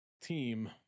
team